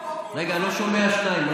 רגע, לא שומע שניים.